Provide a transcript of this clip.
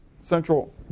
central